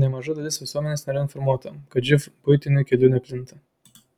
nemaža dalis visuomenės nėra informuota kad živ buitiniu keliu neplinta